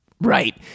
Right